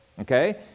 okay